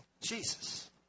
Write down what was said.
Jesus